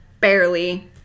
barely